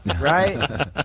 Right